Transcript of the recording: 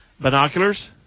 Binoculars